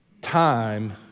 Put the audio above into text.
time